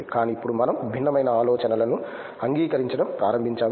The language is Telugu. కానీ ఇప్పుడు మనం భిన్నమైన ఆలోచనలను అంగీకరించడం ప్రారంభించాము